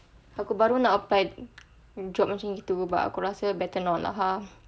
aku baru nak apply job macam gitu better not lah !huh!